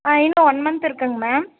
ஆ இன்னும் one month இருக்குங்க ma'am